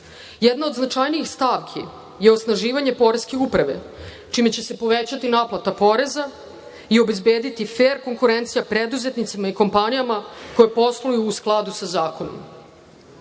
mere. Jedna od značajnijih stavki je osnaživanje poreske uprave, čime će se povećati naplata poreza i obezbediti fer konkurencija preduzetnicima i kompanijama koje posluju u skladu sa zakonom. Ne